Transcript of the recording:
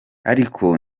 ariko